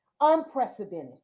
unprecedented